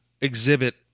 exhibit